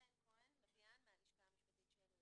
חן כהן לאביאן מהלשכה המשפטית של